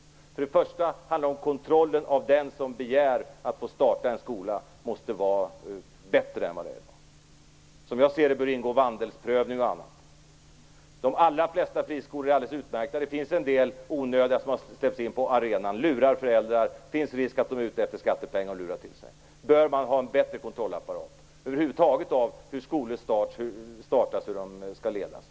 Det handlar först och främst om att kontrollen av den som begär att få starta skola måste vara bättre än i dag. Som jag ser det bör det ingå vandelsprövning och annat. De allra flesta friskolor är alldeles utmärkta. Det finns en del onödiga som har släppts in på arenan och som lurar föräldrar, och det finns risk för att de är ute efter att lura till sig skattepengar. För detta bör man ha en bättre kontrollapparat. Man bör över huvud taget ha en bättre kontroll av hur skolor startas och hur de skall ledas.